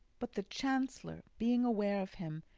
but the chancellor, being aware of him,